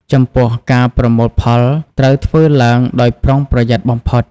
ចំពោះ ការប្រមូលផលត្រូវធ្វើឡើងដោយប្រុងប្រយ័ត្នបំផុត។